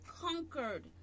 conquered